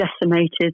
decimated